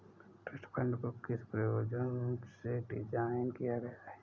Trust fund को किस प्रयोजन से डिज़ाइन किया गया है?